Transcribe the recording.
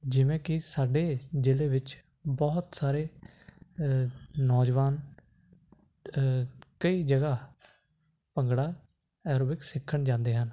ਜਿਵੇਂ ਕੀ ਸਾਡੇ ਜ਼ਿਲ੍ਹੇ ਵਿੱਚ ਬਹੁਤ ਸਾਰੇ ਨੌਜਵਾਨ ਕਈ ਜਗ੍ਹਾ ਭੰਗੜਾ ਐਰੋਬਿਕਸ ਸਿੱਖਣ ਜਾਂਦੇ ਹਨ